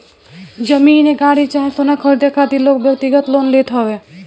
जमीन, गाड़ी चाहे सोना खरीदे खातिर लोग व्यक्तिगत लोन लेत हवे